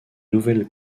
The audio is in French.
nouvelle